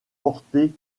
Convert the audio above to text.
porté